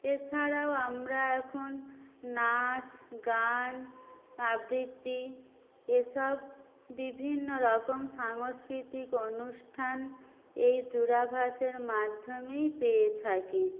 এছাড়াও আমরা এখন নাচ গান আবৃত্তি এসব বিভিন্নরকম সাংস্কৃতিক অনুষ্ঠান এই দূরভাষের মাধ্যমেই পেয়ে থাকি